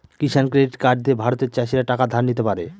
কিষান credit card দিয়ে ভারতের চাষীরা টাকা ধার নিতে পারে